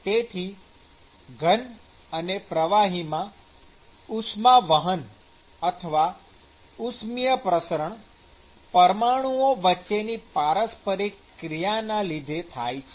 તેથી ઘન અને પ્રવાહીમાં ઉષ્માવહન અથવા ઉષ્મિય પ્રસરણ પરમાણુઓ વચ્ચેની પારસ્પરિક ક્રિયાના લીધે થાય છે